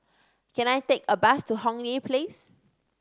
can I take a bus to Hong Lee Place